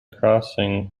crossing